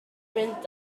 mynd